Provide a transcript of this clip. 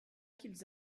qu’ils